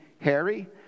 Harry